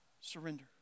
Surrender